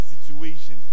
situation